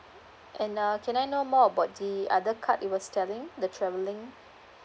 and uh can I know more about the other card it was telling the travelling